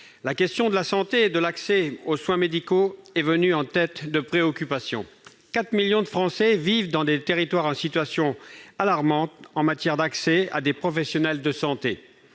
la question de la santé et de l'accès aux soins médicaux est arrivée en tête des préoccupations. En effet, 4 millions de Français vivent dans des territoires en situation alarmante en matière d'accès à des professionnels de santé.